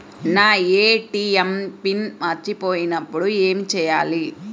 నా ATM PIN మర్చిపోయినప్పుడు ఏమి చేయాలి?